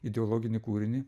ideologinį kūrinį